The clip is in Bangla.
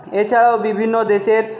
এছাড়াও বিভিন্ন দেশের